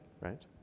right